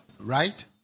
Right